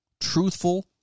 truthful